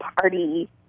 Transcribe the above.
party